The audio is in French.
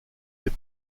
des